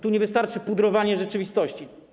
Tu nie wystarczy pudrowanie rzeczywistości.